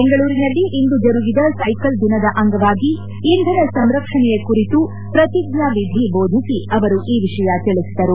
ಬೆಂಗಳೂರಿನಲ್ಲಿಂದು ಜರುಗಿದ ಸೈಕಲ್ ದಿನ ಅಂಗವಾಗಿ ಇಂಧನ ಸಂರಕ್ಷಣೆಯ ಕುರಿತು ಪ್ರತಿಜ್ವಾವಿಧಿ ದೋಧಿಸಿ ಅವರು ಈ ವಿಷಯ ತಿಳಿಸಿದರು